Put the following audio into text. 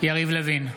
בהצבעה יריב לוין,